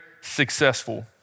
successful